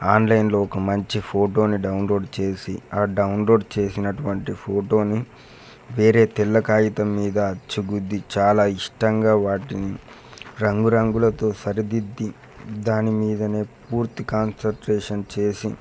ఆన్లైన్లో ఒక మంచి ఫోటోని డౌన్లోడ్ చేసి ఆ డౌన్లోడ్ చేసినటువంటి ఫోటోని వేరే తెల్ల కాగితం మీద అచ్చు గుద్ది చాలా ఇష్టంగా వాటిని రంగు రంగులతో సరిదిద్ది దాని మీదనే పూర్తి కాన్సట్రేషన్ చేసి